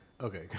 Okay